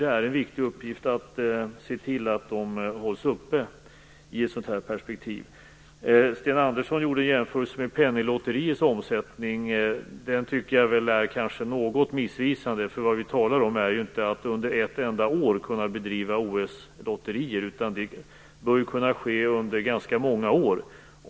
Det är en viktigt uppgift att se till att de hålls uppe i ett sådant perspektiv. Sten Andersson gjorde en jämförelse med Penninglotteriets omsättning som jag tycker kanske är något missvisande. Vad vi talar om är inte att vi under ett enda år skall kunna bedriva OS-lotterier. Det bör kunna ske under ganska många år.